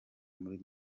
muri